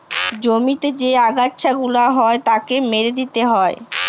জমিতে যে আগাছা গুলা হ্যয় তাকে মেরে দিয়ে হ্য়য়